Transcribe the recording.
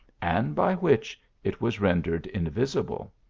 and by which it was rendered invisible.